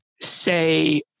say